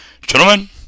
Gentlemen